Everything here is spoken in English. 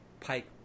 Pike